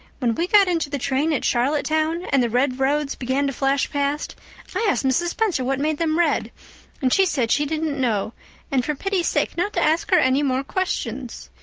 when we got into the train at charlottetown and the red roads began to flash past i asked mrs. spencer what made them red and she said she didn't know and for pity's sake not to ask her any more questions.